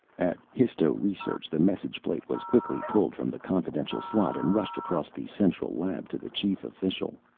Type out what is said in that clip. at histo-research the message plate was quickly pulled from the confidential slot and rushed across the central lab to the chief official.